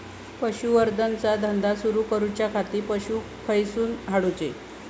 पशुसंवर्धन चा धंदा सुरू करूच्या खाती पशू खईसून हाडूचे?